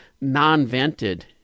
non-vented